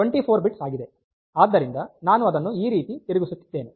ಆದ್ದರಿಂದ ನಾನು ಅದನ್ನು ಈ ರೀತಿ ತಿರುಗಿಸುತ್ತಿದ್ದೇನೆ